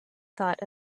thought